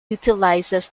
utilizes